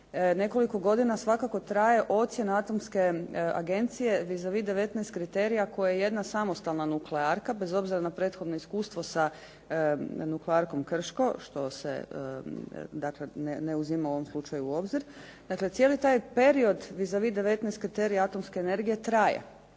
nekoliko godina svakako traje ocjena atomske agencije vis a vis 19 kriterija koja jedna samostalna nuklearka bez obzira na prethodno iskustvo sa Nuklearkom „Krško“ što se ne uzima u ovom slučaju u obzir, dakle cijeli taj periodo vis a vis 19 kriterija atomske energije traje